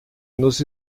nos